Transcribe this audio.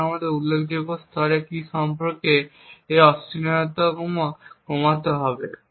তখন আমরা একটি উল্লেখযোগ্য স্তরের কী সম্পর্কে এই অনিশ্চয়তা কমাতে সক্ষম হবে